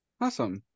Awesome